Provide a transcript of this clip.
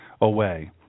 away